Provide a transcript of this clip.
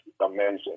amazing